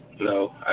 No